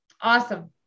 Awesome